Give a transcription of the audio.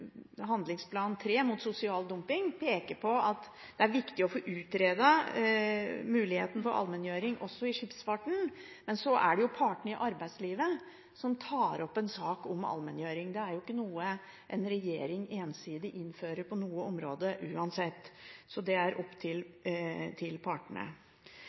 er viktig å få utredet muligheten for allmenngjøring også i skipsfarten. Men det er partene i arbeidslivet som tar opp en sak om allmenngjøring. Det er ikke noe en regjering ensidig innfører på noe område uansett, det er opp til partene.